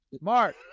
Mark